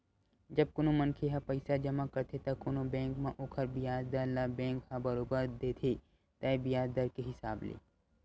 जब कोनो मनखे ह पइसा जमा करथे त कोनो बेंक म ओखर बियाज दर ल बेंक ह बरोबर देथे तय बियाज दर के हिसाब ले